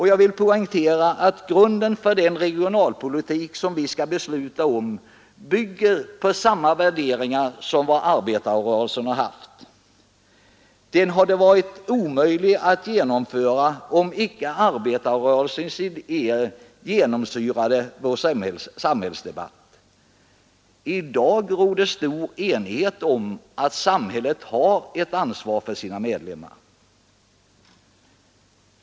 Jag vill poängtera att grunden för den regionalpolitik som vi skall besluta om bygger på samma värderingar som arbetarrörelsen haft och har. Den hade varit omöjlig att genomföra om inte arbetarrörelsens idéer genomsyrade vår samhällsdebatt. I dag råder det stor enighet att samhället har ett ansvar för sina medlemmar.